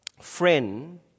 friend